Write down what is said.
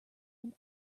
than